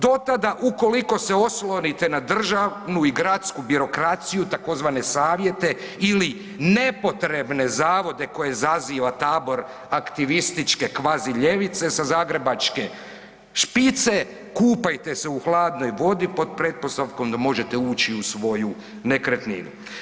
Do tada ukoliko se oslonite na državnu i gradsku birokraciju tzv. savjete ili nepotrebne zavode koje zaziva tabor aktivističke kvazi ljevice sa zagrebačke špice kupajte se u hladnoj vodi pod pretpostavkom da možete ući u svoju nekretninu.